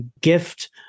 gift